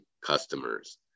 customers